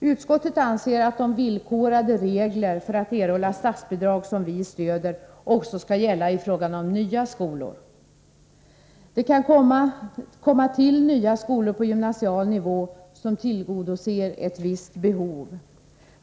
Utskottet anser att de villkorade regler för att erhålla statsbidrag som vi stöder också skall gälla i fråga om nya skolor. Det kan komma till nya skolor på gymnasial nivå, som tillgodoser ett visst behov.